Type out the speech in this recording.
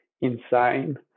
insane